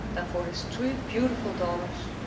than for his three beautiful daughters.